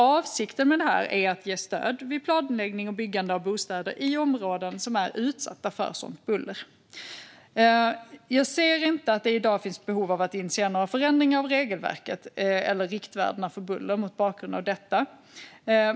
Avsikten med detta är att det ska ge stöd vid planläggning och byggande av bostäder i områden som är utsatta för sådant buller. Jag ser inte att det i dag finns behov av att initiera några förändringar av regelverket eller riktvärdena för buller mot bakgrund av detta.